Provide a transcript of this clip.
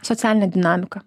socialinė dinamika